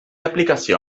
aplicació